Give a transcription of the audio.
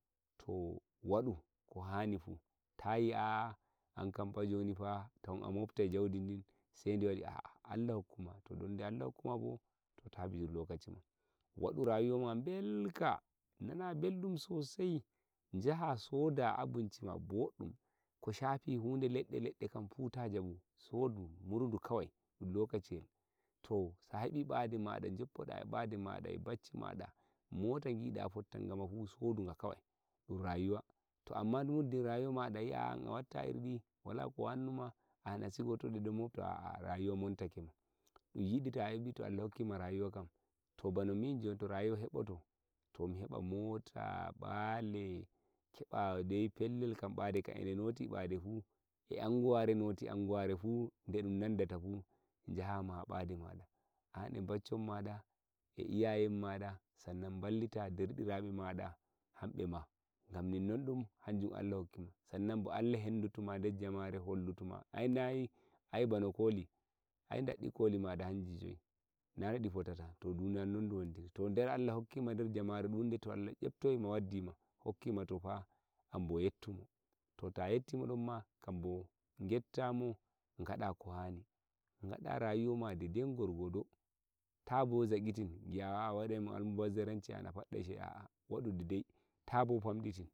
ta famdilidum ankam a moraki shedeɗen tabo duddinɗe ta ɗudɗini ɗe ai se ɗun yi'a ba ai wane kamma temama jon fuddi a wane kamma guika shede kaza ɗifu tona ɗun zagitini amma ta zagi tinayi daidai gorgodo walliti hande mota ma ayi i bonga a wattiti a sodi a a ɓademaɗa a waddi a wadɗi rayuwa to sai nana belɗun majun to amma todai muddin a waɗi ka fadɗuki shede dunwarti dunbo yi'a ah ta ɗun almubazaranci to ai ɗum wela to amma no gattafu to ALLAH rokkima to wadu ko hani daroɗa nana beldum lokaci maɗa rayuwa maɗa ka seto gamfa to ta ɗon der matasanci maɗama ta muntaki sheden shikinen goddo ALLAH rokkidum diga meteshijo godda bo sai mauni to ɗunfu wala no wattake to lokaci tauɗade ta tokkirana a a ankam kaza kaza to waɗu ko hani deden gorgodo ta wai yuibo a a ankam sai kaza to allah rokkima murdu muru shedemaɗa lokacimaɗa an eh bacci maɗa baccima moro shede gaɗuɓe makarantaji bodɗi maga reiɓemaɗe to nayo e bano bimi to goto to dirɗo to tato amma ni tajamɓu kebani a tilis a wodi ɗiɗo kam der fama run a wodi rauɓe ma ɗiɗo kam hamme mabo gokka ɓe dama kowa hutinira eh lokaciyelmuɗum tawai matsagiya an nan a rokkataɓe ɓe muraɗu a a lokaci maɓɓe kammɓe ma ɓe gaɗa rayuwa maɓɓe.